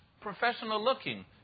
professional-looking